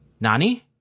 Nani